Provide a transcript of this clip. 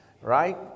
Right